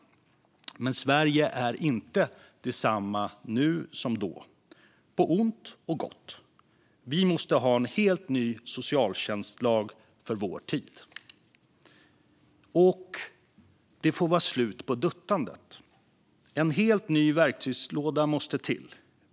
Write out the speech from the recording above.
Men Sverige är inte detsamma nu som då, på ont och gott. Vi måste ha en helt ny socialtjänstlag för vår tid. Det får vara slut på duttandet. En helt ny verktygslåda måste till.